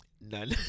None